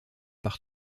par